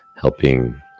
helping